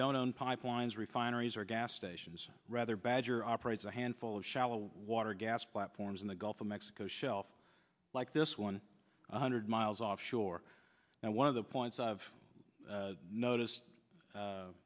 don't own pipelines refineries or gas stations rather badger operates a handful of shallow water gas platforms in the gulf of mexico shelf like this one hundred miles off shore and one of the points i've noticed